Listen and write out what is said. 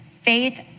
Faith